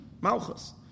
Malchus